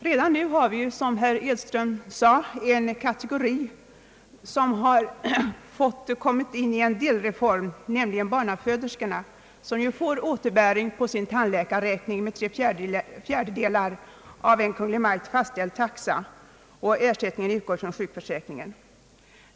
Redan nu finns en delreform för en kategori, som herr Edström sade, nämligen för barnaföderskor som får återbäring på sin tandläkarräkning med tre fjärdedelar av en av Kungl. Maj:t fastställd taxa, och ersättningen utgår från sjuk försäkringen.